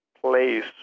place